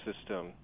system